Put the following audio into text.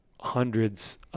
hundreds